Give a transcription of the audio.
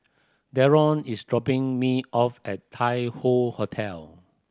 Darron is dropping me off at Tai Hoe Hotel